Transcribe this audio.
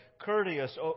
courteous